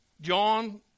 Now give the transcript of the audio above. John